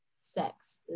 sex